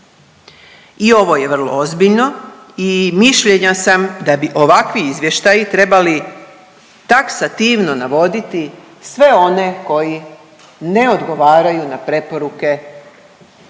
i ovo je vrlo ozbiljno i mišljenja sam da bi ovakvi izvještaji trebali taksativno navoditi sve one koji ne odgovaraju na preporuke u